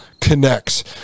connects